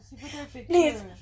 Please